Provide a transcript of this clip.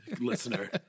listener